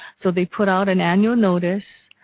so they put out an annual notice.